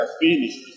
finished